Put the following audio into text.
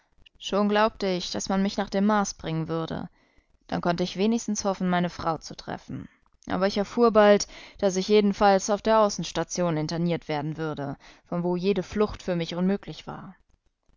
schon glaubte ich daß man mich nach dem mars bringen würde dann konnte ich wenigstens hoffen meine frau zu treffen aber ich erfuhr bald daß ich jedenfalls auf der außenstation interniert werden würde von wo jede flucht für mich unmöglich war